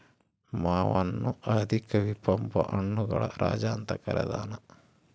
ಮಾವನ್ನು ಆದಿ ಕವಿ ಪಂಪ ಹಣ್ಣುಗಳ ರಾಜ ಅಂತ ಕರದಾನ